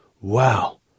Wow